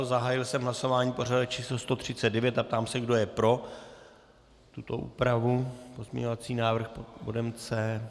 Zahájil jsem hlasování pořadové číslo 139 a ptám se, kdo je pro tuto úpravu, pozměňovací návrh pod bodem C.